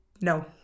No